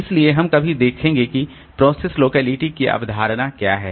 इसलिए हम कभी देखेंगे कि प्रोसेस लोकेलिटी की अवधारणा क्या है